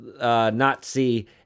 Nazi